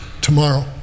tomorrow